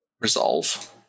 Resolve